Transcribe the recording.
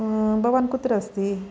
भवान् कुत्र अस्ति